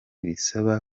bisaba